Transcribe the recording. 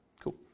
Cool